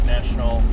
National